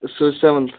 سۄ حظ چھِ سیٚوَنتھہٕ